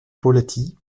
poletti